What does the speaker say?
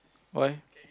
why